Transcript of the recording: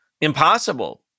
impossible